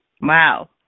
Wow